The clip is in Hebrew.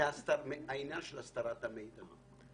הסתרת המידע.